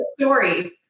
stories